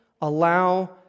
allow